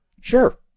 Sure